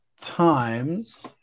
Times